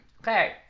Okay